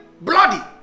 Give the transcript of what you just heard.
bloody